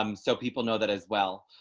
um so people know that as well.